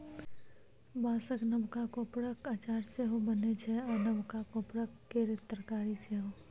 बाँसक नबका कोपरक अचार सेहो बनै छै आ नबका कोपर केर तरकारी सेहो